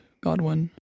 Godwin